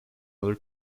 other